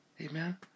Amen